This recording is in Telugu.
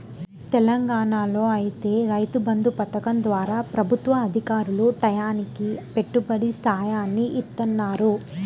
తెలంగాణాలో ఐతే రైతు బంధు పథకం ద్వారా ప్రభుత్వ అధికారులు టైయ్యానికి పెట్టుబడి సాయాన్ని ఇత్తన్నారు